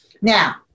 Now